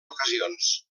ocasions